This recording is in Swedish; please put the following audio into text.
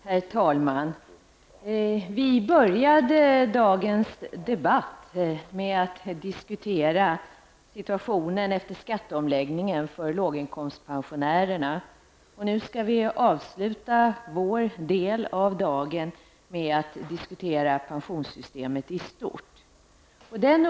Herr talman! Vi började dagens debatt med att diskutera situationen efter skatteomläggningen för låginkomstpensionärerna. Nu skall vi avsluta vår del av debatten med att diskutera pensionssystemet i stort.